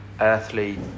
earthly